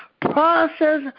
process